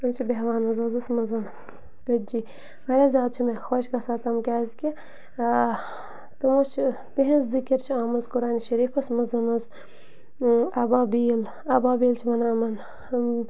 تِم چھِ بیٚہوان وُزَس مَنٛز کٔتجہِ واریاہ زیادٕ چھِ مےٚ خۄش گژھان تِم کیٛازِکہِ تِمو چھِ تِہنٛز ذِکِر چھِ آمٕژ قُرانِ شریٖفَس منٛز حظ آبابیٖل آبابیٖل چھِ وَنان یِمَن